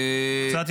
נדמה לי,